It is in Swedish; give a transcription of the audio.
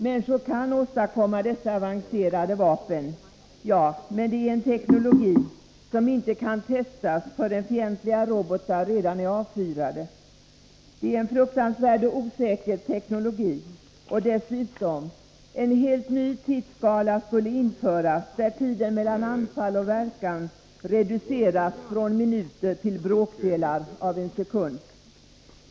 Människor kan visserligen åstadkomma dessa avancerade vapen, men det är en teknologi som inte kan testas förrän fientliga robotar redan är avfyrade. Det är en fruktansvärd och osäker teknologi. Och dessutom: En helt ny tidsskala skulle införas, där tiden mellan anfall och verkan reduceras från minuter till bråkdelar av en sekund.